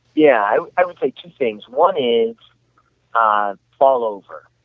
yeah, i'll say two things one is um fall over,